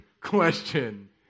question